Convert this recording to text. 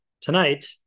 Tonight